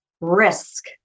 risk